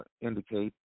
indicate